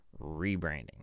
rebranding